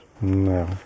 No